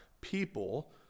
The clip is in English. people